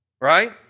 Right